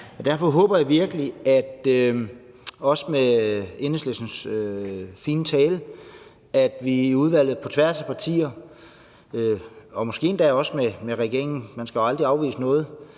Derfor håber jeg virkelig, også efter Enhedslistens fine tale, at vi i udvalget på tværs af partier, måske endda også med regeringen – man skal jo aldrig afvise noget